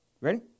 Ready